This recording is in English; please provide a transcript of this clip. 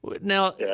Now